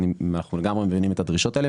ואנחנו לגמרי מבינים את הדרישות האלה,